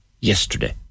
yesterday